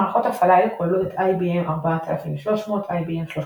מערכות הפעלה אלה כוללות את IBM/370 ,IBM/4300,